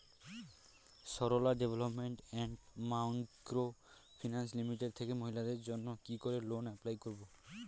Sarala development and micro finance limited থেকে মহিলাদের জন্য কি করে লোন এপ্লাই করব?